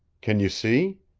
can you see?